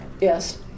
yes